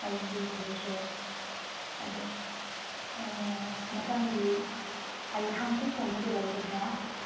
ꯍꯌꯦꯡꯗꯒꯤ ꯂꯩꯇ꯭ꯔꯦ ꯑꯗ ꯃꯊꯪꯒꯤ ꯍꯥꯡꯆꯤꯠꯀꯨꯝꯕꯗꯤ ꯂꯩꯒꯗ꯭ꯔꯥ